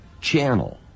channel